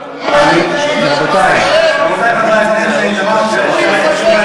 אותנו הוא, הוא סיפר על העניים של מדינת ישראל?